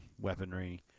weaponry